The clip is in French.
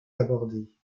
abordés